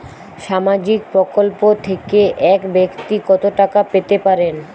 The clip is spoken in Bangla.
সামাজিক প্রকল্প থেকে এক ব্যাক্তি কত টাকা পেতে পারেন?